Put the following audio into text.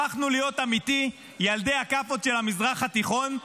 הפכנו להיות, אמיתי, ילדי הכאפות של המזרח התיכון,